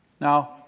now